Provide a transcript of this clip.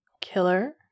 killer